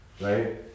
right